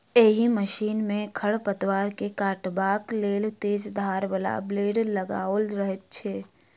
एहि मशीन मे खढ़ पतवार के काटबाक लेल तेज धार बला ब्लेड लगाओल रहैत छै